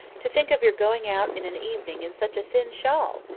to think of your going out in an evening in such a thin shawl!